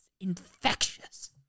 Infectious